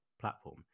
platform